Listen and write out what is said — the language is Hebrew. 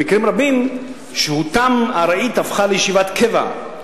במקרים רבים, שהותם הארעית הפכה לישיבת קבע.